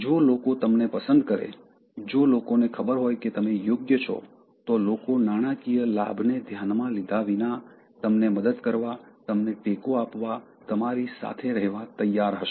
જો લોકો તમને પસંદ કરે જો લોકોને ખબર હોય કે તમે યોગ્ય છો તો લોકો નાણાંકીય લાભને ધ્યાનમાં લીધા વિના તમને મદદ કરવા તમને ટેકો આપવા તમારી સાથે રહેવા તૈયાર હશે